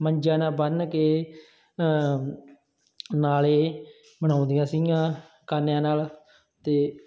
ਮੰਜਿਆਂ ਨਾਲ ਬੰਨ੍ਹ ਕੇ ਨਾਲੇ ਬਣਾਉਂਦੀਆਂ ਸੀਗੀਆਂ ਕਾਨ੍ਹਿਆਂ ਨਾਲ ਅਤੇ